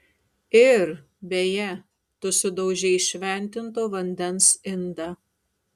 ir beje tu sudaužei šventinto vandens indą